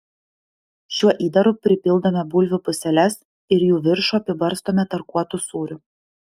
šiuo įdaru pripildome bulvių puseles ir jų viršų apibarstome tarkuotu sūriu